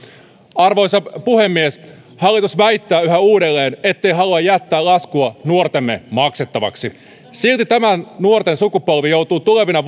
arvoisa puhemies hallitus väittää yhä uudelleen ettei halua jättää laskua nuortemme maksettavaksi silti tämä nuorten sukupolvi joutuu tulevina